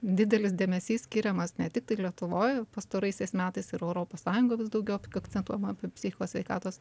didelis dėmesys skiriamas ne tik lietuvoj pastaraisiais metais ir europos sąjungoj vis daugiau akcentuojama apie psichikos sveikatos